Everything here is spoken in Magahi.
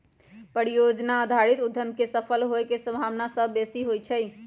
परिजोजना आधारित उद्यम के सफल होय के संभावना सभ बेशी होइ छइ